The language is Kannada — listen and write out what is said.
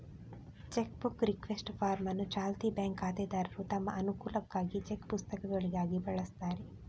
ಚೆಕ್ ಬುಕ್ ರಿಕ್ವೆಸ್ಟ್ ಫಾರ್ಮ್ ಅನ್ನು ಚಾಲ್ತಿ ಬ್ಯಾಂಕ್ ಖಾತೆದಾರರು ತಮ್ಮ ಅನುಕೂಲಕ್ಕಾಗಿ ಚೆಕ್ ಪುಸ್ತಕಗಳಿಗಾಗಿ ಬಳಸ್ತಾರೆ